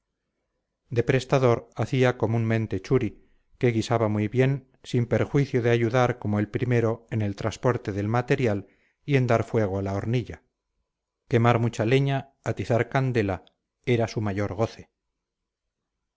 de prestador hacía comúnmente churi que guisaba muy bien sin perjuicio de ayudar como el primero en el transporte del material y en dar fuego a la hornilla quemar mucha leña atizar candela era su mayor goce